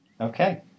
Okay